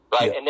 right